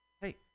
hey